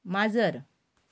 माजर